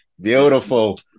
Beautiful